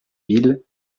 ville